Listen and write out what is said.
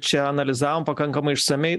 čia analizavom pakankamai išsamiai